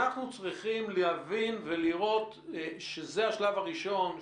אנחנו צריכים להבין ולראות שזה השלב הראשון,